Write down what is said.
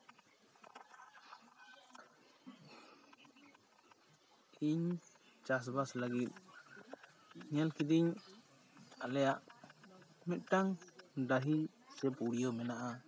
ᱤᱧ ᱪᱟᱥᱼᱵᱟᱥ ᱞᱟᱹᱜᱤᱫ ᱧᱮᱞ ᱠᱤᱫᱟᱹᱧ ᱟᱞᱮᱭᱟᱜ ᱢᱤᱫᱴᱟᱝ ᱰᱟᱹᱦᱤ ᱥᱮ ᱯᱩᱲᱭᱟᱹ ᱢᱮᱱᱟᱜᱼᱟ